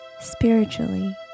spiritually